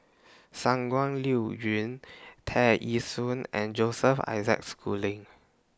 Shangguan Liuyun Tear Ee Soon and Joseph Isaac Schooling